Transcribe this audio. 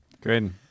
Good